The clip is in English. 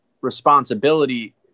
responsibility